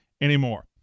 anymore